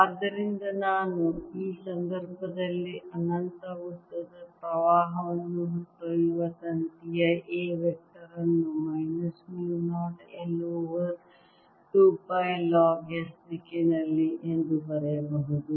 ಆದ್ದರಿಂದ ನಾನು ಈ ಸಂದರ್ಭದಲ್ಲಿ ಅನಂತ ಉದ್ದದ ಪ್ರವಾಹವನ್ನು ಹೊತ್ತೊಯ್ಯುವ ತಂತಿಯ A ವೆಕ್ಟರ್ ಅನ್ನು minus mu 0 I over 2 pi log s ದಿಕ್ಕಿನಲ್ಲಿ ಎಂದು ಬರೆಯಬಹುದು